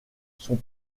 sont